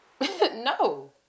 no